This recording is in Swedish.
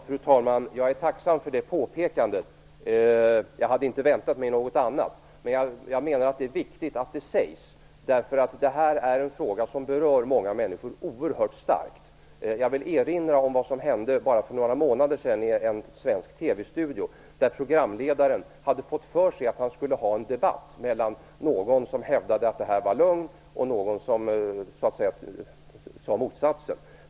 Fru talman! Jag är tacksam för detta påpekande. Jag hade inte väntat mig någonting annat, men jag menar att det är viktigt att detta sägs. Detta är nämligen en fråga som berör många människor oerhört starkt. Jag vill erinra om vad som hände för bara några månader sedan i en svensk TV-studio. Programledaren hade fått för sig att ordna en debatt mellan någon som hävdade att detta var lögn och någon som hävdade motsatsen.